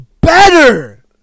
better